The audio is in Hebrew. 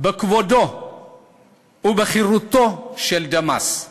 בכבודו ובחירותו של דמאס.